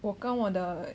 我跟我的